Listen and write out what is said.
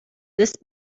this